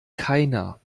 keiner